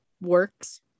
works